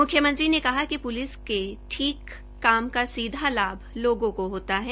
मुख्यमंत्री ने कहा कि पुलिस के ठीक काम का सीधा लाभ लोगों को होता है